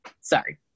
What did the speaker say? sorry